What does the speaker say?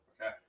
Okay